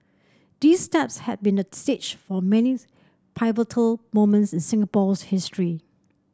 these steps had been the stage for many pivotal moments in Singapore's history